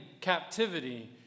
captivity